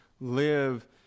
live